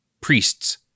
priests